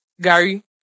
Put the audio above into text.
Gary